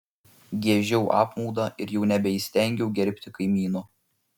giežiau apmaudą ir jau nebeįstengiau gerbti kaimyno